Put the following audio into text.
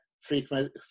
frequent